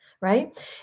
right